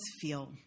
feel